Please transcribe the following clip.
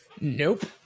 Nope